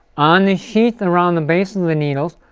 on the sheathe around the base of the the needles,